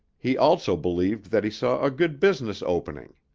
he also believed that he saw a good business opening.